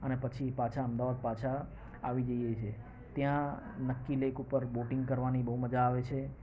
અને પછી પાછા અમદાવાદ પાછા આવી જઈએ છીએ ત્યાં નકી લેક ઉપર બોટિંગ કરવાની બહુ મજા આવે છે